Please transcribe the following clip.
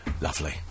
lovely